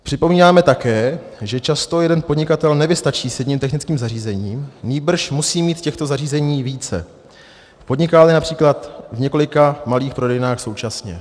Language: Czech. Připomínáme také, že často jeden podnikatel nevystačí s jedním technickým zařízením, nýbrž musí mít těchto zařízení více, podnikáli např. v několika malých prodejnách současně.